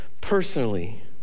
personally